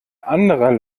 anderer